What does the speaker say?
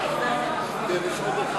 מסדר-היום את הצעת חוק יסודות התקציב (תיקון,